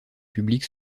public